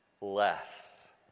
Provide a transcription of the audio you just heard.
less